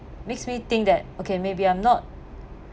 makes me think that okay maybe I'm not